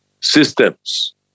systems